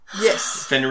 yes